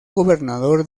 gobernador